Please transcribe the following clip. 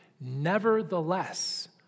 Nevertheless